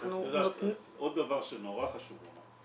עוד דבר שנורא חשוב לומר.